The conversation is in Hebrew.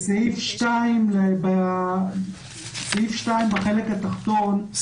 סעיף 2 בחלק התחתון,